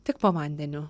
tik po vandeniu